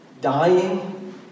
dying